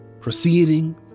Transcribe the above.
proceeding